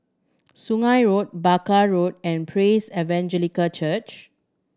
Sungei Road Barker Road and Praise Evangelical Church